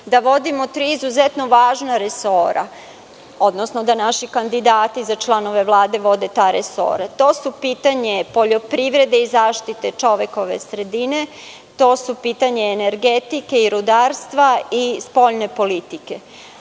da vodimo tri izuzetno važna resora, odnosno da naši kandidati za članove Vlade vode te resore. To je pitanje poljoprivrede i zaštita čovekove sredine, pitanje energetike i rudarstva i spoljne politike.